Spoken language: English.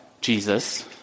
Jesus